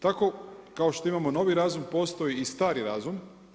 Tako što imamo novi razum, postoji i stari razum.